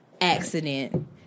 accident